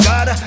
God